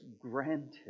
granted